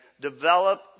Develop